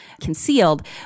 concealed